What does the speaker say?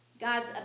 God's